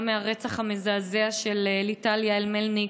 גם לרצח המזעזע של ליטל יעל מלניק,